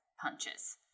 punches